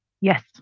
yes